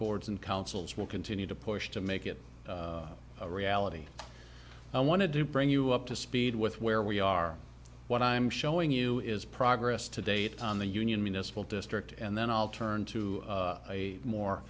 boards and councils will continue to push to make it a reality i wanted to bring you up to speed with where we are what i'm showing you is progress to date on the union municipal district and then i'll turn to a more